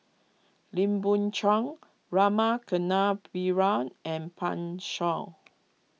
Lim Biow Chuan Rama Kannabiran and Pan Shou